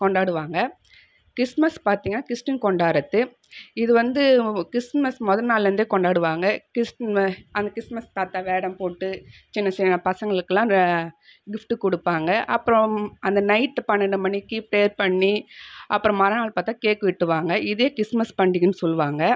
கொண்டாடுவாங்க கிஸ்மஸ் பார்த்திங்கன்னா கிறிஸ்டின் கொண்டாடுறது இது வந்து கிஸ்மஸ் மொதல் நாள்லருந்தே கொண்டாடுவாங்க கிஸ்ம அந்த கிஸ்மஸ் தாத்தா வேடம் போட்டு சின்ன சின்ன பசங்களுக்கெலாம் கிஃப்ட் கொடுப்பாங்க அப்புறம் அந்த நைட்டு பன்னெரெண்டு மணிக்கு ப்ரேயர் பண்ணி அப்புறம் மறு நாள் பார்த்தா கேக் வெட்டுவாங்க இதே கிஸ்மஸ் பண்டிகைன்னு சொல்லுவாங்க